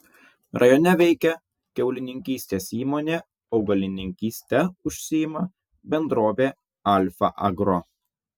rajone veikia kiaulininkystės įmonė augalininkyste užsiima bendrovė alfa agro